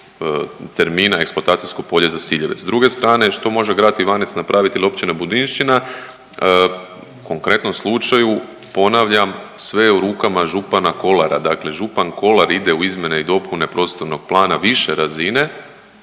termina eksploatacijsko polje za Siljevec. S druge strane što može Grad Ivanec napravit ili Općina Budinšćina u konkretnom slučaju ponavljam sve je u rukama župana Kolara. Dakle, župan Kolar ide u izmjene i dopune prostornog plana više razine